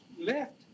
left